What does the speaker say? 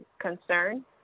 concern